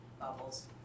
bubbles